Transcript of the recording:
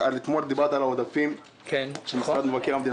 אתמול דיברת על העודפים של משרד מבקר המדינה,